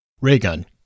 Raygun